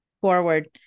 Forward